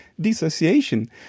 dissociation